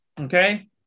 Okay